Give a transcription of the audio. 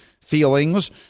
feelings